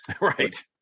Right